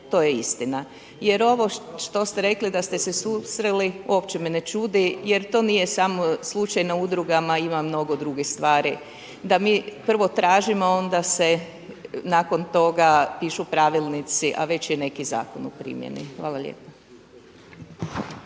to je istina. Jer ovo što ste rekli da ste se susreli, uopće me ne čudi jer to nije samo slučaj na udrugama, ima i mnogo drugih stvari da mi prvo tražimo a onda se nakon toga pišu pravilnici a već je neki zakon u primjeni. Hvala lijepa.